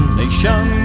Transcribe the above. nation